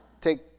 take